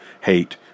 hate